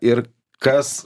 ir kas